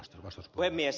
arvoisa puhemies